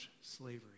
slavery